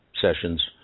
sessions